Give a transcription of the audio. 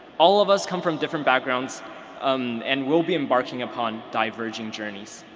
all of us come from different backgrounds um and will be embarking upon diverging journeys.